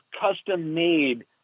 custom-made